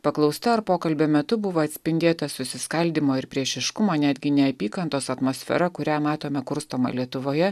paklausta ar pokalbio metu buvo atspindėta susiskaldymo ir priešiškumo netgi neapykantos atmosfera kurią matome kurstomą lietuvoje